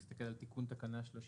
אני מסתכל על תיקון תקנה 36,